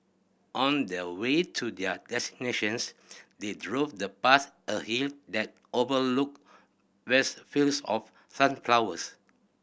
on their way to their destinations they drove the past a hill that overlooked vast fields of sunflowers